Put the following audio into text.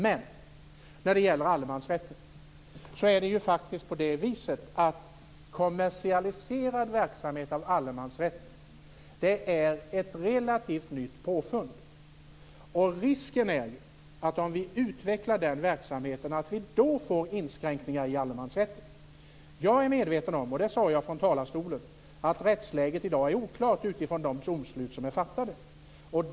Utnyttjande av allemansrätten för kommersialiserad verksamhet är faktiskt ett relativt nytt påfund. Om vi utvecklar den verksamheten är risken att vi får inskränkningar i allemansrätten. Jag är medveten om, och det sade jag från talarstolen, att rättsläget i dag är oklart utifrån de domslut som finns.